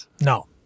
No